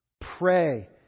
Pray